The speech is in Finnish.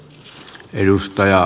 arvoisa puhemies